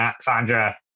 Sandra